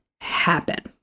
happen